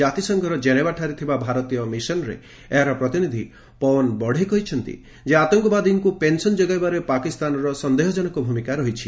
ଜାତିସଂଘର ଜେନେଭାଠାରେ ଥିବା ଭାରତୀୟ ମିଶନ୍ରେ ଏହାର ପ୍ରତିନିଧି ପଓ୍ୱନ୍ ବଢ଼େ କହିଛନ୍ତି ଯେ ଆତଙ୍କବାଦୀଙ୍କୁ ପେନସନ୍ ଯୋଗାଇବାରେ ପାକିସ୍ତାନର ସନ୍ଦେହଜନକ ଭୂମିକା ରହିଛି